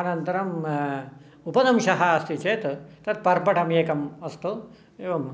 अनन्तरम् उपदंशः अस्ति चेत् तत् पर्पटमेकम् अस्तु एवम्